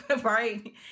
Right